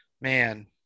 man